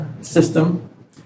system